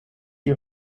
die